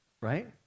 right